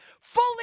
fully